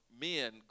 men